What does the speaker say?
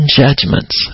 judgments